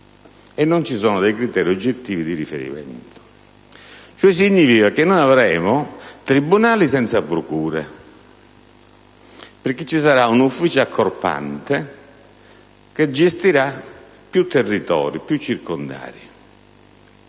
non vi sono criteri oggettivi di riferimento. Ciò significa che avremo tribunali senza procure, perché vi sarà un ufficio accorpante che gestirà più territori, più circondari.